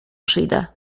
przyjdę